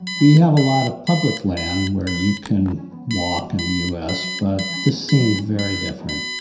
we have a lot of public land where you can walk in the u s. but this seemed very different.